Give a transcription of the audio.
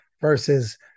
versus